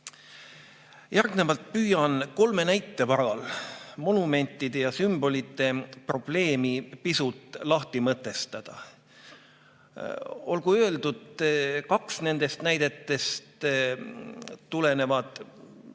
kaasamine. Järgnevalt püüan kolme näite varal monumentide ja sümbolite probleemi pisut lahti mõtestada. Olgu öeldud, et kaks nendest näidetest tulevad kunagi